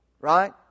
right